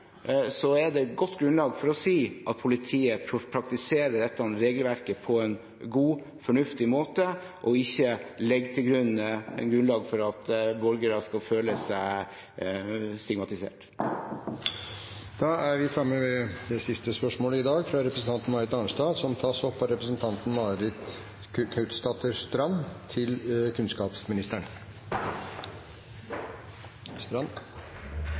godt grunnlag for å si at politiet praktiserer dette regelverket på en god og fornuftig måte og ikke legger grunnlag for at borgere skal føle seg stigmatisert. Dette spørsmålet, fra Marit Arnstad til kunnskapsministeren, vil bli tatt opp av representanten Marit